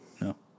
No